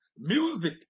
Music